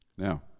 Now